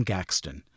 Gaxton